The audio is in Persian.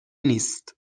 نیست